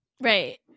Right